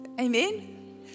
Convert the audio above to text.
Amen